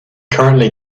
currently